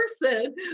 person